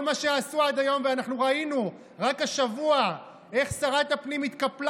אנחנו ראינו רק השבוע איך שרת הפנים התקפלה